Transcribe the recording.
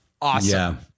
Awesome